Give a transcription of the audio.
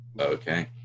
Okay